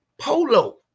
polo